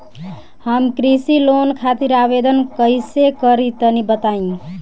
हम कृषि लोन खातिर आवेदन कइसे करि तनि बताई?